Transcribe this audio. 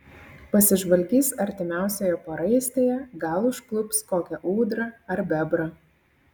pasižvalgys artimiausioje paraistėje gal užklups kokią ūdrą ar bebrą